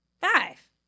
Five